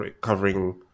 covering